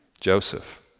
Joseph